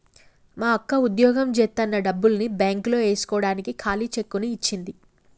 మా అక్క వుద్యోగం జేత్తన్న డబ్బుల్ని బ్యేంకులో యేస్కోడానికి ఖాళీ చెక్కుని ఇచ్చింది